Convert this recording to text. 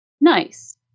Nice